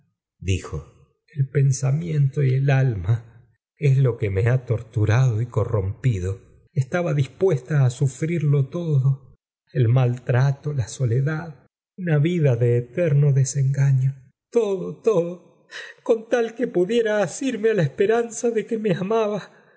dijo el pensamiento y el alma es lo que me lm torturado y corrompido estaba dispuesta i sufrirlo todo el mal trato la soledad una vida de oto ruó desengaño todo todo con tal pie pudiera marino a la esperanza do que me amaba